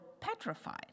petrified